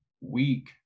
weak